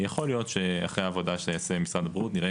יכול להיות שאחרי העבודה שיעשה משרד הבריאות נראה